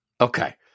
Okay